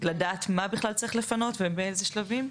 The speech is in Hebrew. כדי לדעת מה בכלל צריך לפנות ובאיזה שלבים?